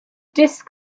disk